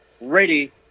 ready